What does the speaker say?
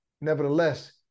Nevertheless